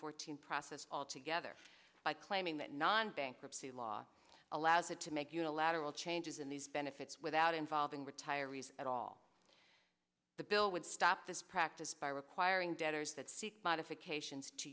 fourteen process altogether by claiming that non bankruptcy law allows it to make unilateral changes in these benefits without involving retirees at all the bill would stop this practice by requiring